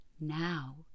Now